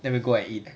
let me go and eat